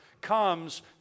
comes